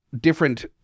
different